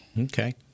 Okay